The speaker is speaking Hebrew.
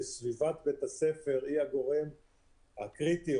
שסביבת בית הספר היא הגורם הקריטי,